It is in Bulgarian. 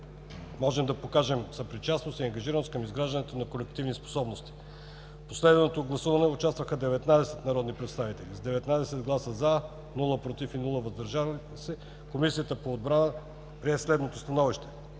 можем да покажем съпричастност и ангажираност към изграждането на колективни способности. В последвалото гласуване участваха 19 народни представители. С 19 гласа „за“, без „против“ и „въздържали се“, Комисията по отбрана прие следното становище: